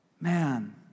man